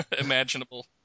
imaginable